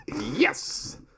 yes